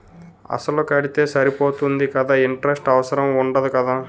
అసలు కడితే సరిపోతుంది కదా ఇంటరెస్ట్ అవసరం ఉండదు కదా?